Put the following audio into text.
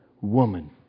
woman